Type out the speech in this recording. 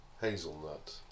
Hazelnut